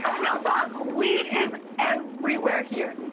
ah real talk weed is everywhere here.